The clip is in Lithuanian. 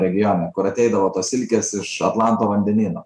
regione kur ateidavo tos silkės iš atlanto vandenyno